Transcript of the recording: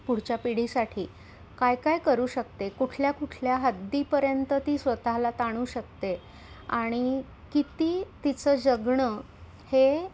पुढच्या पिढीसाठी काय काय करू शकते कुठल्या कुठल्या हद्दीपर्यंत ती स्वतःला ताणू शकते आणि किती तिचं जगणं हे